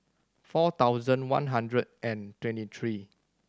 four thousand one hundred and twenty three